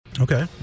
Okay